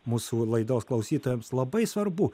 mūsų laidos klausytojams labai svarbu